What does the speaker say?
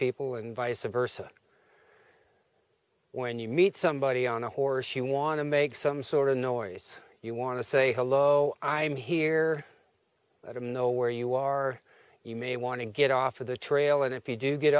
people and vice versa when you meet somebody on a horse you want to make some sort of noise you want to say hello i'm here i don't know where you are you may want to get off the trail and if you do get